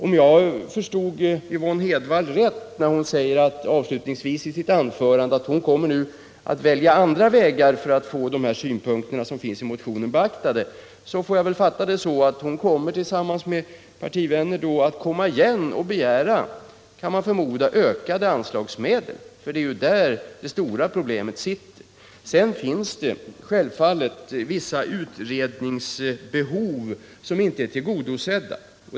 Om jag förstod Yvonne Hedvall rätt när hon avslutningsvis i sitt anförande sade att hon kommer att välja andra vägar för att få motionens synpunkter beaktade, så återkommer hon tillsammans med partivänner med begäran om ökade anslag. Det är ju det som är det stora problemet. Självfallet finns det, som också anförs i motionen, vissa utredningsbehov som inte är tillgodosedda.